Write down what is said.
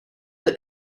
that